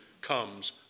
comes